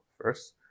first